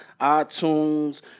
iTunes